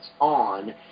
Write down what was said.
on